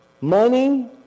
money